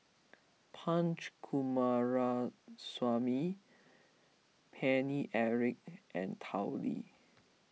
Punch Coomaraswamy Paine Eric and Tao Li